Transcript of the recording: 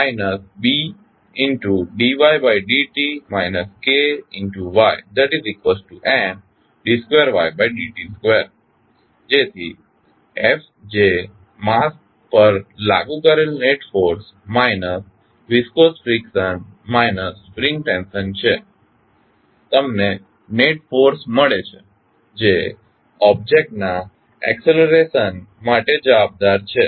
ft Bd ytd t KytMd 2ytd t 2 તેથી f જે mass પર લાગુ કરેલ net force minus viscous friction minus spring tension છે તમને નેટ ફોર્સ મળે છે જે ઓબ્જેક્ટ ના એક્સલરેશન માટે જવાબદાર છે